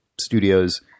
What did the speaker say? studios